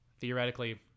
theoretically